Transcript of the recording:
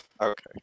okay